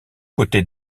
côtés